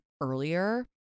earlier